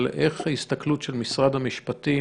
אבל איך היא ההסתכלות של משרד המשפטים?